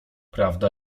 prawda